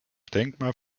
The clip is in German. denkmal